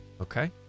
Okay